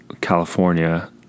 California